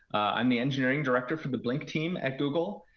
i'm the engineering director for the blink team at google.